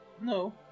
No